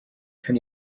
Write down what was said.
can